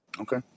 Okay